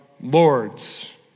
Lords